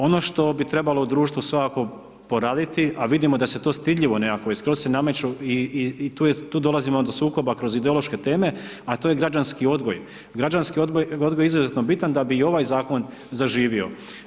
Ono što bi trebalo u društvu svakako poraditi, a vidimo da se to stidljivo nekako i skroz se nameću i tu dolazimo do sukoba kroz ideološke teme, a to je građanski odgoj, građanski odgoj je izuzetno bitan da bi i ovaj zakon zaživio.